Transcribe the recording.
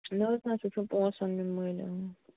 نہ حظ نہ سُہ چھُم پۄنٛسَن نیُن مٔلۍ